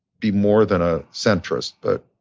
be more than a centrist, but